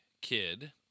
kid